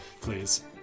please